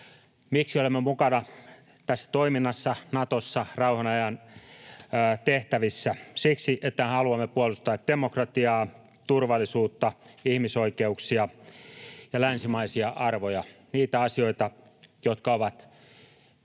Miksi olemme mukana tässä toiminnassa, Natossa rauhanajan tehtävissä? Siksi, että haluamme puolustaa demokratiaa, turvallisuutta, ihmisoikeuksia ja länsimaisia arvoja, niitä asioita, jotka ovat